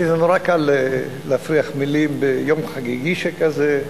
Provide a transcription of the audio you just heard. כי זה נורא קל להפריח מלים ביום חגיגי שכזה.